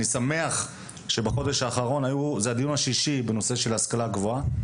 אני שמח שבחודש האחרון היו זה הדיון השלישי בנושא של השכלה גבוהה.